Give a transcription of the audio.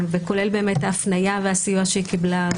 וכולל ההפניה והסיוע שהיא קיבלה,